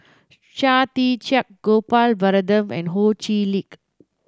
Chia Tee Chiak Gopal Baratham and Ho Chee Lick